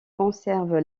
conserve